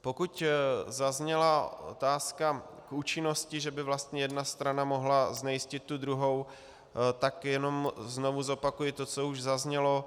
Pokud zazněla otázka účinnosti, že by vlastně jedna strana mohla znejistit tu druhou, tak jenom znovu zopakuji to, co už zaznělo.